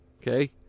Okay